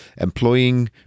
employing